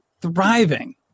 thriving